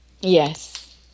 Yes